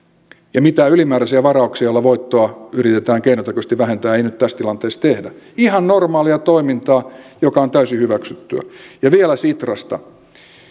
ja mitään ylimääräisiä varauksia joilla voittoa yritetään keinotekoisesti vähentää ei nyt tässä tilanteessa tehdä ihan normaalia toimintaa joka on täysin hyväksyttyä ja vielä sitrasta